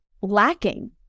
lacking